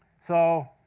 so